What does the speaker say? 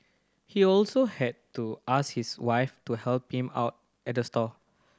he also had to ask his wife to help him out at the stall